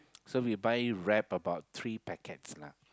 so we buy wrap about three packets lah